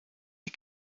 die